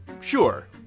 Sure